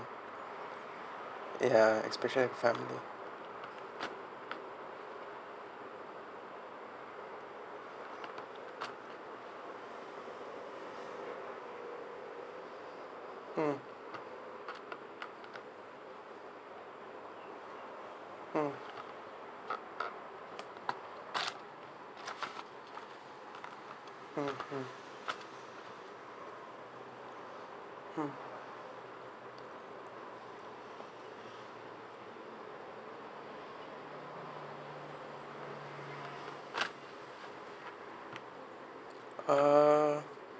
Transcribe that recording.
ya especially like family mm mm mm mm mm uh